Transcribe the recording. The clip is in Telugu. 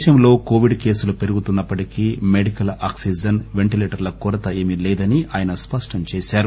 దేశంలో కోవిడ్ కేసులు పెరుగుతున్న ప్పటికీ మెడికల్ ఆక్సిజన్ పెంటిలేటర్ల కొరత ఏమీ లేదని ఆయన స్పష్టంచేశారు